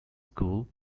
school